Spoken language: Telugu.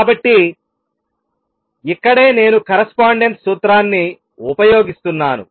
కాబట్టి ఇక్కడే నేను కరస్పాండెన్స్ సూత్రాన్ని ఉపయోగిస్తున్నాను